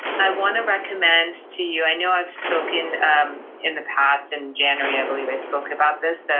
i want to recommend to you, i know i've spoken in the past, in january i believe i spoke about this.